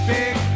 Big